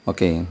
Okay